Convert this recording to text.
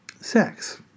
Sex